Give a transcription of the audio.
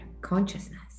consciousness